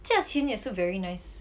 价钱 also very nice